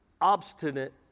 obstinate